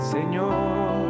Señor